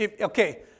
Okay